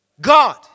God